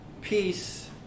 peace